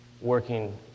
working